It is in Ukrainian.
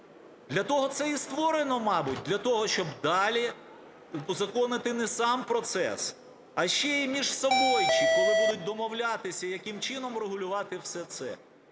Для того це і створено, мабуть, для того, щоб далі узаконити не сам процес, а ще й "міжсобойчик", коли будуть домовлятися, яким чином регулювати все це.